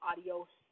Adios